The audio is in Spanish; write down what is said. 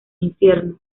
infierno